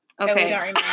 Okay